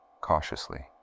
cautiously